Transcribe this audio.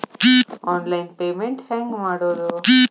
Online payment ಹೆಂಗ್ ಮಾಡೋದು?